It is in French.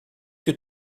que